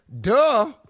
Duh